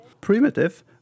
primitive